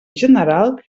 general